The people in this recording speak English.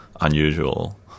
unusual